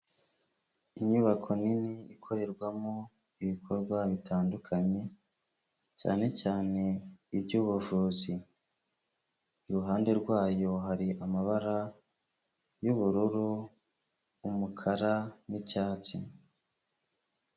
Inyubako nini ikorerwamo ibikorwa bitandukanye cyane cyane iby'ubuvuzi, iruhande rwayo hari amabara y'ubururu, umukara n'icyatsi.